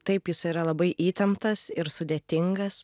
taip jis yra labai įtemptas ir sudėtingas